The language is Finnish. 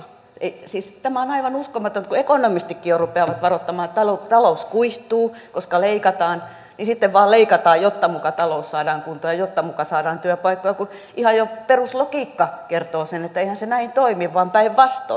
siis tämä on aivan uskomatonta että kun ekonomistitkin jo rupeavat varoittamaan että talous kuihtuu koska leikataan niin sitten vain leikataan jotta muka talous saadaan kuntoon ja jotta muka saadaan työpaikkoja kun ihan jo peruslogiikka kertoo sen että eihän se näin toimi vaan päinvastoin